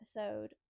episode